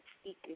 speak